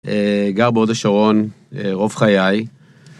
גר בהוד השרון רוב חיי.